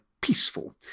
peaceful